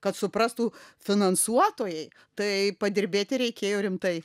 kad suprastų finansuotojai tai padirbėti reikėjo rimtai